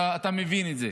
אתה מבין את זה.